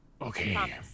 Okay